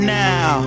now